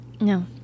No